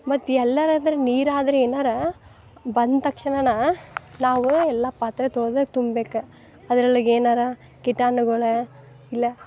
ಮತ್ತು ಎಲ್ಲರಾದ್ರೆ ನೀರಾದ್ರೆ ಏನಾರ ಬಂದ ತಕ್ಷಣನೆ ನಾವು ಎಲ್ಲ ಪಾತ್ರೆ ತೊಳ್ದು ತುಂಬೇಕು ಅದ್ರೊಳ್ಗೆ ಏನಾದರು ಕೀಟಾನುಗಳೇ ಇಲ್ಲ